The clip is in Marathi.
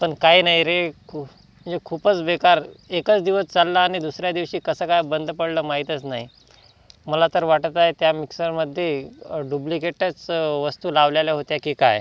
पण काही नाही रे खूप म्हणजे खूपच बेकार एकच दिवस चालला आणि दुसऱ्या दिवशी कसं काय बंद पडला माहीतच नाही मला तर वाटत आहे त्या मिक्सरमध्ये डुब्लिकेटच वस्तू लावलेल्या होत्या की काय